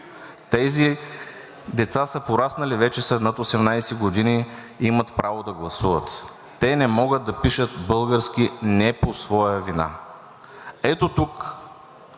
Тези деца са пораснали, вече са над 18 години, имат право да гласуват. Те не могат да пишат на български не по своя вина. Ето тук